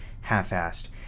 half-assed